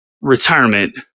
retirement